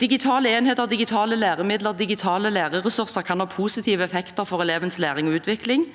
Digitale enheter, digitale læremidler og digitale læreressurser kan ha positive effekter for elevens læring og utvikling,